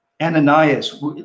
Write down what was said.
Ananias